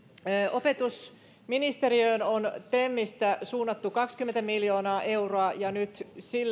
opetusministeriöön on temistä suunnattu kaksikymmentä miljoonaa euroa ja nyt sillä on